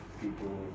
people